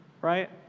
right